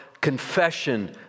confession